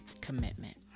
Commitment